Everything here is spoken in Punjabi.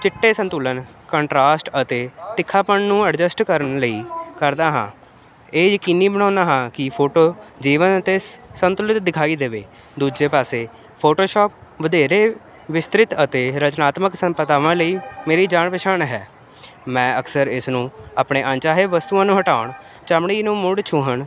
ਚਿੱਟੇ ਸੰਤੁਲਨ ਕੰਟਰਾਸਟ ਅਤੇ ਤਿੱਖਾਪਣ ਨੂੰ ਐਡਜਸਟ ਕਰਨ ਲਈ ਕਰਦਾ ਹਾਂ ਇਹ ਯਕੀਨੀ ਬਣਾਉਂਦਾ ਹਾਂ ਕਿ ਫੋਟੋ ਜੀਵਨ ਅਤੇ ਸੰਤੁਲਿਤ ਦਿਖਾਈ ਦੇਵੇ ਦੂਜੇ ਪਾਸੇ ਫੋਟੋਸ਼ਾਪ ਵਧੇਰੇ ਵਿਸਤ੍ਰਿਤ ਅਤੇ ਰਚਨਾਤਮਕ ਸੰਪਰਦਾਵਾਂ ਲਈ ਮੇਰੀ ਜਾਣ ਪਛਾਣ ਹੈ ਮੈਂ ਅਕਸਰ ਇਸ ਨੂੰ ਆਪਣੇ ਅਣਚਾਹੇ ਵਸਤੂਆਂ ਨੂੰ ਹਟਾਉਣ ਚਮੜੀ ਨੂੰ ਮੁੜ ਛੂਹਣ